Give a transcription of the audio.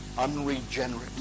unregenerate